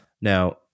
Now